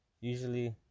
Usually